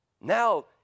Now